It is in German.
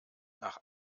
nach